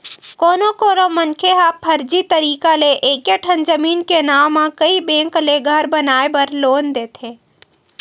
कोनो कोनो मनखे ह फरजी तरीका ले एके ठन जमीन के नांव म कइ बेंक ले घर बनाए बर लोन लेथे